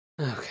Okay